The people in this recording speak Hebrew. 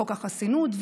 בחוק החסינות,